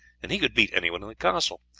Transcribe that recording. and he could beat anyone in the castle.